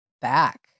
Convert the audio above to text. back